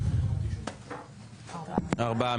ארבעה.